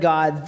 God